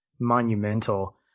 monumental